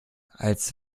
als